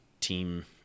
Team